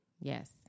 Yes